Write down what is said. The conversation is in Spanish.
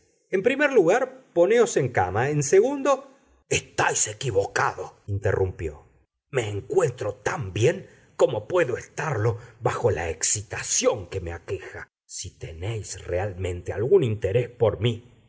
en primer lugar poneos en cama en segundo estáis equivocado interrumpió me encuentro tan bien como puedo estarlo bajo la excitación que me aqueja si tenéis realmente algún interés por mí